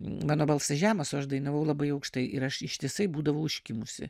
mano balsas žemas o aš dainavau labai aukštai ir aš ištisai būdavau užkimusi